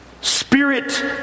Spirit